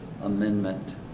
Amendment